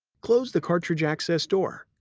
close the cartridge access door.